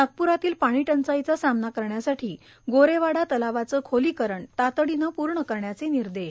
नागप्ररातील पाणीटंचाईचा सामना करण्यासाठी गोरेवाडा तलावाचं खोलीकरण तातडीनं प्रर्ण करण्याचे निर्देश